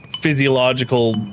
physiological